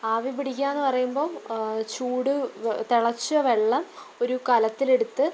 ആവി പിടിക്കുക എന്ന് പറയുമ്പോൾ ചൂട് തിളച്ച വെള്ളം ഒരു കലത്തിൽ എടുത്ത്